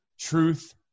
truth